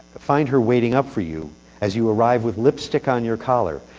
find her waiting up for you as you arrive with lipstick on your collar,